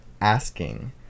asking